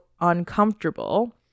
uncomfortable